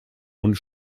und